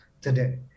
today